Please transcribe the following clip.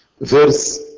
verse